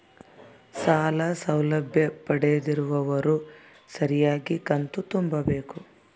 ಸಾಲ ಸೌಲಭ್ಯ ಪಡೆದಿರುವವರು ಸರಿಯಾಗಿ ಕಂತು ತುಂಬಬೇಕು?